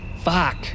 Fuck